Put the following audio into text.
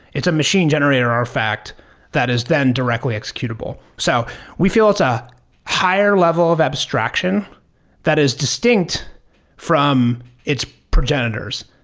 it's a machine generator artifact that is then directly executable. so we feel it's a higher level of abstraction that is distinct from its progenitors.